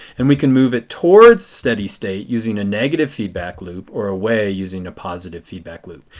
and we can move it towards steady state using a negative feedback loop or away using a positive feedback loop.